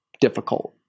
difficult